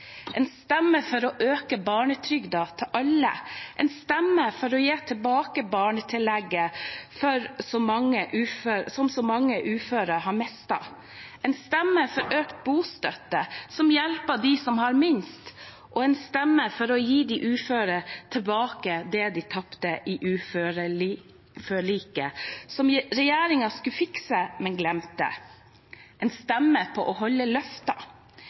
for å øke barnetrygden til alle. Stem for gi tilbake barnetillegget, som så mange uføre har mistet. Stem for økt bostøtte, som hjelper dem som har minst. Og stem for å gi uføre tilbake det de tapte i uføreforliket, som regjeringen skulle fikse, men glemte. Stem på å holde